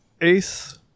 Ace